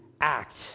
act